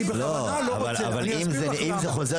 אני בכוונה לא רוצה, אני אסביר לך למה.